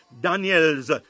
Daniels